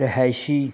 ਰਿਹਾਇਸ਼ੀ